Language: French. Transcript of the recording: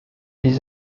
les